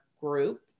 group